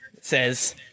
says